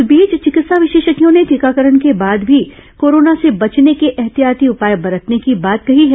इस बीच चिकित्सा विशेषज्ञों ने टीकाकरण के बाद भी कोरोना के बचने के ऐहतियाती उपाए बरतने की बात कही है